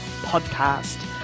Podcast